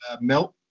melt